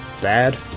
dad